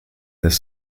this